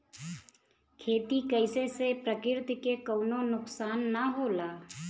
खेती कइले से प्रकृति के कउनो नुकसान ना होला